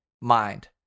mind